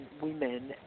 women